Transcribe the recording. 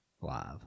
live